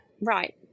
right